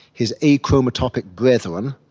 his achromatopic brethren,